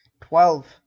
twelve